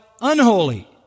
unholy